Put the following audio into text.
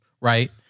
Right